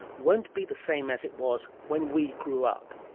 won't be the same as it was when we grew up.